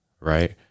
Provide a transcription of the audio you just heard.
Right